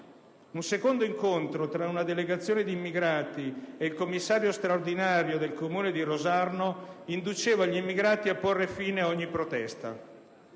Un secondo incontro tra una delegazione di immigrati e il commissario straordinario del Comune di Rosarno induceva gli immigrati a porre fine ad ogni protesta.